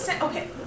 Okay